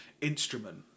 instrument